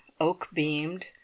oak-beamed